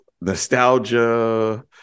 nostalgia